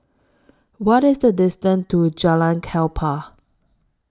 What IS The distance to Jalan Klapa